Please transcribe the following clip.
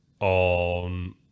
on